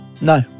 no